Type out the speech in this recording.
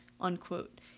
unquote